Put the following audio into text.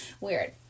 weird